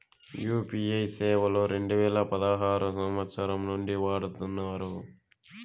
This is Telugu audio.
యూ.పీ.ఐ సేవలు రెండు వేల పదహారు సంవచ్చరం నుండి వాడుతున్నారు